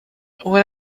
what